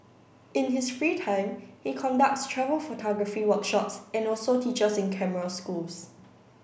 in his free time he conducts travel photography workshops and also teaches in camera schools